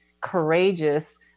courageous